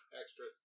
extra